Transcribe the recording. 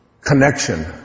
connection